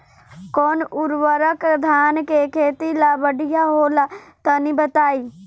कौन उर्वरक धान के खेती ला बढ़िया होला तनी बताई?